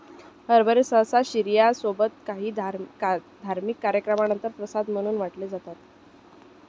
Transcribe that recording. हरभरे सहसा शिर्या सोबत काही धार्मिक कार्यक्रमानंतर प्रसाद म्हणून वाटले जातात